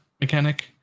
mechanic